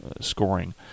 scoring